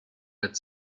let